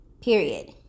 period